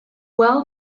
well